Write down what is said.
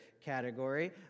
category